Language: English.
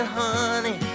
honey